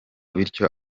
bityo